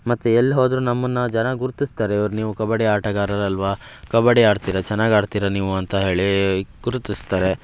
ಮತ್ತು ಎಲ್ಲಿ ಹೋದ್ರೂ ನಮ್ಮನ್ನು ಜನ ಗುರ್ತಿಸ್ತಾರೆ ಇವ್ರು ನೀವು ಕಬಡ್ಡಿ ಆಟಗಾರರಲ್ಲವಾ ಕಬಡ್ಡಿ ಆಡ್ತೀರ ಚೆನ್ನಾಗಿ ಆಡ್ತೀರ ನೀವು ಅಂತ ಹೇಳಿ ಗುರ್ತಿಸ್ತಾರೆ